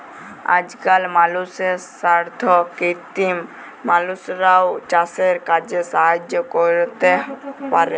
আজকাল মালুষের সাথ কৃত্রিম মালুষরাও চাসের কাজে সাহায্য ক্যরতে পারে